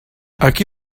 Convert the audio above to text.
aquí